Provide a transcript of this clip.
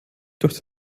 durch